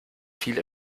viel